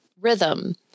rhythm